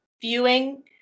viewing